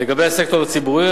לגבי הסקטור הציבורי,